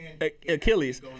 Achilles